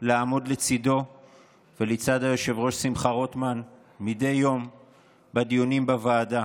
לעמוד לצידו ולצד היושב-ראש שמחה רוטמן מדי יום בדיונים בוועדה.